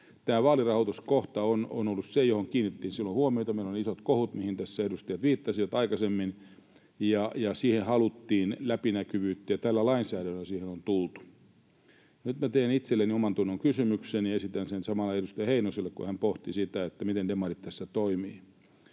Tämä vaalirahoituskohta on ollut se, johon kiinnitettiin silloin huomiota. Meillä oli isot kohut, mihin tässä edustajat viittasivat aikaisemmin. Siihen haluttiin läpinäkyvyyttä, ja tällä lainsäädännöllä siihen on tultu. Nyt minä teen itselleni omantunnon kysymyksen ja esitän sen samalla edustaja Heinoselle, kun hän pohti sitä, miten demarit tässä toimivat.